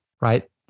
right